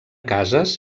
cases